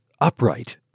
upright